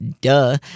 Duh